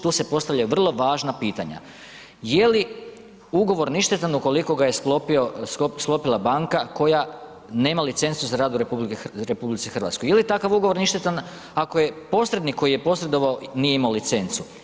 Tu se postavljaju vrlo važna pitanja je li ugovor ništetan ukoliko ga je sklopila banka koja nema licencu za rad u RH ili je takav ugovor ništetan ako je posrednik koji je posredovao, nije imao licencu?